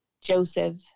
Joseph